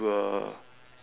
will